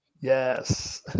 yes